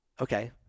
Okay